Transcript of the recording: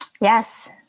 Yes